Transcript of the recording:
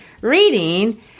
reading